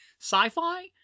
sci-fi